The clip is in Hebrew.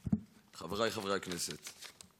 חבריי חברי הכנסת,